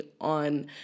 on